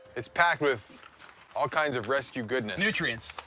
it's packed with all kinds of rescue goodness. nutrients.